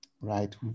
right